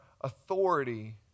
authority